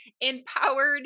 empowered